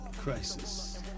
crisis